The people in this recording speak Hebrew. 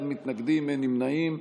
אין מתנגדים ואין נמנעים.